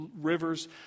rivers